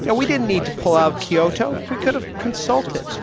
and we didn't need to pull out of kyoto. we could have consulted.